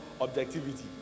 objectivity